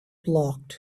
blocked